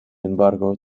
embargo